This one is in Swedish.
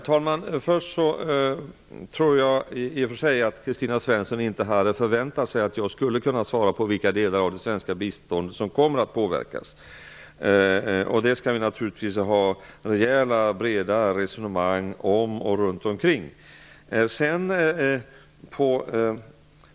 Herr talman! Jag tror i och för sig att Kristina Svensson inte hade förväntat sig att jag skulle kunna svara på vilka delar av det svenska biståndet som kommer att påverkas. Det skall naturligtvis ske rejäla, breda resonemang om och runt omkring den frågan.